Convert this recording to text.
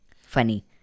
Funny